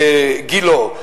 גילה,